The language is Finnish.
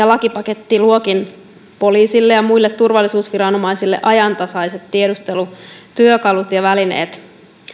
lakipaketti luokin poliisille ja muille turvallisuusviranomaisille ajantasaiset tiedustelutyökalut ja välineet